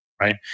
right